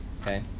Okay